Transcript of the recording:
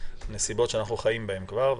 נסיבות שאנחנו חיים בהן כבר.